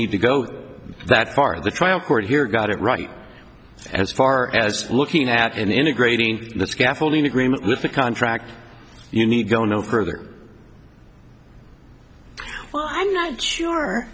need to go that far the trial court here got it right as far as looking at integrating the scaffolding agreement with the contract you need go no further well i'm not sure